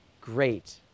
great